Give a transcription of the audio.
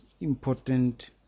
important